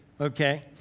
okay